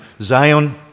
Zion